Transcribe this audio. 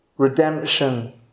Redemption